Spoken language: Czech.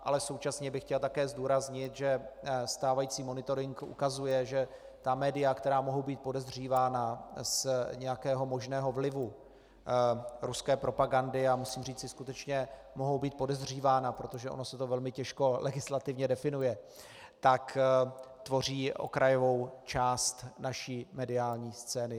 Ale současně bych chtěl také zdůraznit, že stávající monitoring ukazuje, že ta média, která mohou být podezřívána z nějakého možného vlivu ruské propagandy a musím říci skutečně, mohou být podezřívána, protože ono se to velmi těžko legislativně definuje tvoří okrajovou část naší mediální scény.